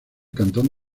cantón